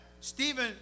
Stephen